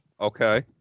Okay